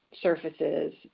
surfaces